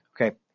Okay